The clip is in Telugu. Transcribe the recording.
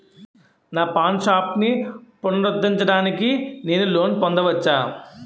నా పాన్ షాప్ని పునరుద్ధరించడానికి నేను లోన్ పొందవచ్చా?